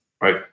right